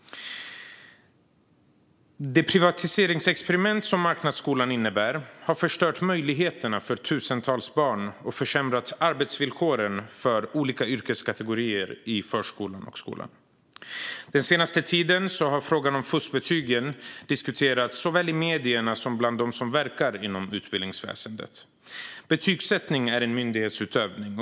Det privatiseringsexperiment som marknadsskolan innebär har förstört möjligheterna för tusentals barn och försämrat arbetsvillkoren för olika yrkeskategorier i förskolan och skolan. Den senaste tiden har frågan om fuskbetygen diskuterats såväl i medierna som bland dem som verkar inom utbildningsväsendet. Betygsättning är myndighetsutövning.